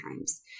times